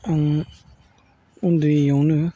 आं उन्दैयावनो